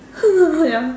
ya